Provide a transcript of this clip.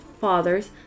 fathers